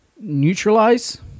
neutralize